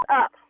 up